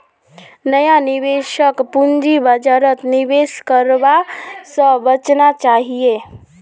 नया निवेशकक पूंजी बाजारत निवेश करवा स बचना चाहिए